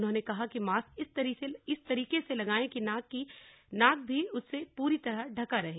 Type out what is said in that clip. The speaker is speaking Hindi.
उन्होने कहा कि मास्क इस तरीके से लगायें कि नाक भी उससे पूर्णतः ढकी रही